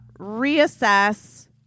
reassess